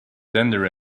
tender